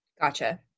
Gotcha